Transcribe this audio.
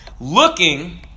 looking